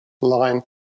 line